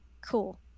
Cool